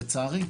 לצערי.